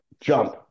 jump